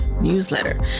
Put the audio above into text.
newsletter